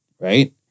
Right